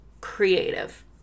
creative